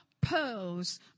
pearls